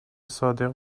صادق